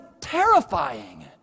terrifying